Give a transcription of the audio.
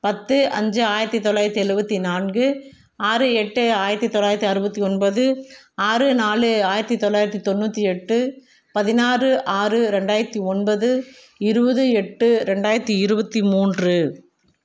பத்து அஞ்சு ஆயிரத்தி தொள்ளாயிரத்தி எழுபத்தி நான்கு ஆறு எட்டு ஆயிரத்தி தொள்ளாயிரத்தி அறுபத்தி ஒன்பது ஆறு நாலு ஆயிரத்தி தொள்ளாயிரத்தி தொண்ணூற்றி எட்டு பதினாறு ஆறு ரெண்டாயிரத்தி ஒன்பது இருபது எட்டு ரெண்டாயிரத்தி இருபத்தி மூன்று